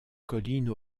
collines